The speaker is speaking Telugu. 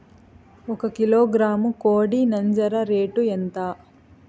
ఒక కిలోగ్రాము కోడి నంజర రేటు ఎంత?